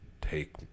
take